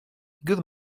good